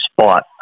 spot